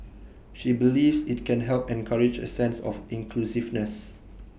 she believes IT can help encourage A sense of inclusiveness